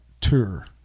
tour